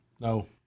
No